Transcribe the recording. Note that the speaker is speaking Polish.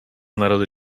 narody